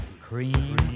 Cream